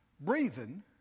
breathing